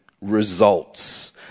results